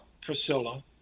Priscilla